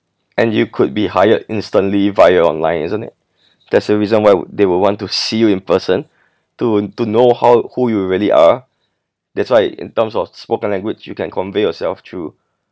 and you could be hired instantly via online isn't it there's a reason why wou~ they would want to see you in person to to know how who you really are that's why in terms of spoken language you can convey yourself through